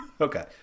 Okay